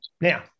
Now